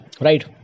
right